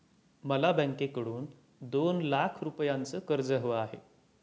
मला बँकेकडून दोन लाख रुपयांचं कर्ज हवं आहे